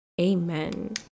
amen